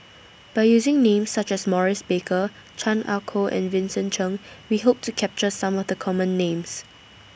By using Names such as Maurice Baker Chan Ah Kow and Vincent Cheng We Hope to capture Some of The Common Names